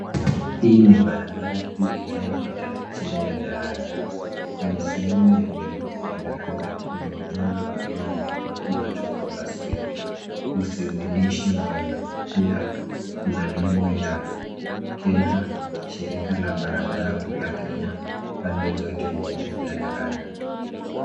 Hii ni barabara kuu inayopita chini ya daraja . Kwenye sehemu ya juu ya daraja kuna ujumbe don't overspeed , usizidishi mwendo. Pia kunan nembo ya Kenha , shirika la barabara kuu la Kenya pande zote mbili za daraja.